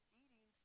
eating